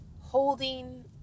holding